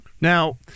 Now